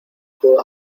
puedo